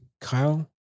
Kyle